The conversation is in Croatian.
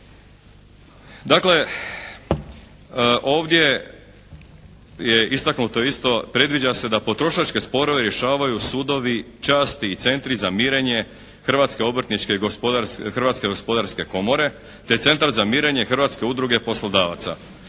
Dakle, ovdje je istaknuto isto predviđa se da potrošačke sporove rješavaju sudovi časti i Centri za mirenje Hrvatske obrtničke i Hrvatske gospodarske komore, te Centar za mirenje Hrvatske udruge poslodavaca.